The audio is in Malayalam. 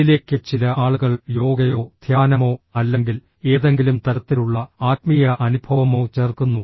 ഇതിലേക്ക് ചില ആളുകൾ യോഗയോ ധ്യാനമോ അല്ലെങ്കിൽ ഏതെങ്കിലും തരത്തിലുള്ള ആത്മീയ അനുഭവമോ ചേർക്കുന്നു